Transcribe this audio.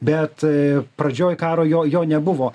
bet a pradžioj karo jo jo nebuvo